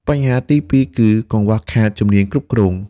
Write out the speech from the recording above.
បញ្ហាទីពីរគឺ កង្វះខាតជំនាញគ្រប់គ្រង។